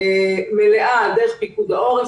מלאה דרך פיקוד העורף.